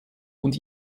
und